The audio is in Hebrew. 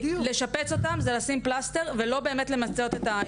לשפץ אותם זה לשים פלסטר ולא באמת למצות את היכולת.